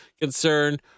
concern